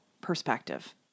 perspective